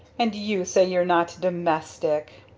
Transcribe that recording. and you say you're not domestic!